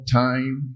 time